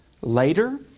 later